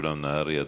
משולם נהרי, בבקשה,